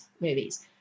movies